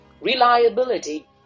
reliability